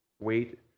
Wait